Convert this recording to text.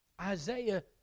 Isaiah